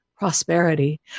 prosperity